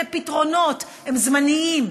אלה פתרונות, הם זמניים.